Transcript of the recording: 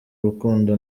rukundo